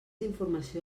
informació